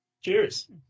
Cheers